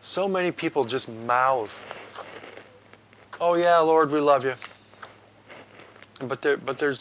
so many people just mouth oh yeah lord we love you and but there but there's